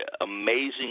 amazing